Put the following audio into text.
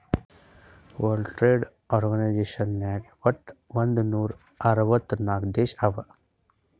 world trade organisation ನಾಗ್ ವಟ್ ಒಂದ್ ನೂರಾ ಅರ್ವತ್ ನಾಕ್ ದೇಶ ಅವಾ